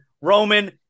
Roman